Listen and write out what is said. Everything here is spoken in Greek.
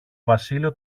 βασίλειο